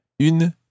une